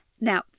Now